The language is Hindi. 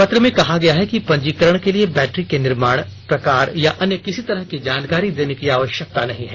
पत्र में कहा गया है कि पंजीकरण के लिए बैट्री के निर्माण प्रकार या अन्य किसी तरह की जानकारी देने की आवश्यकता नहीं है